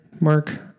Mark